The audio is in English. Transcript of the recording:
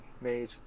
made